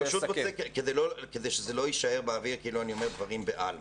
כדי שזה לא יישאר באוויר כאילו אני אומר דברים בעלמא.